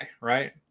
right